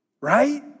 Right